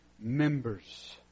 members